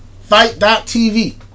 Fight.tv